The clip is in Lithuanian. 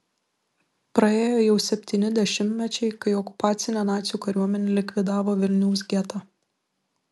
praėjo jau septyni dešimtmečiai kai okupacinė nacių kariuomenė likvidavo vilniaus getą